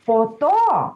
po to